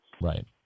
Right